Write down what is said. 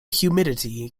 humidity